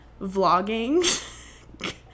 vlogging